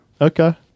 Okay